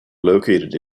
located